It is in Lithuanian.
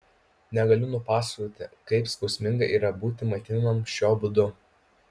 negaliu nupasakoti kaip skausminga yra būti maitinamam šiuo būdu